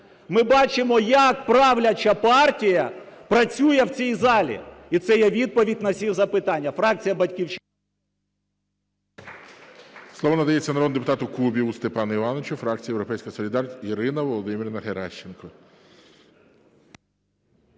Ми бачимо, як правляча партія працює в цій залі. І це є відповідь на всі запитання.